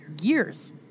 years